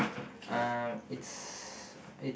um it's